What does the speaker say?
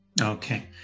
Okay